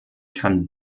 kann